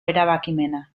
erabakimena